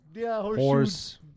horse